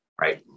Right